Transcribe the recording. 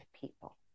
people